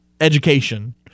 education